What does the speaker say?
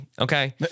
Okay